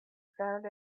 found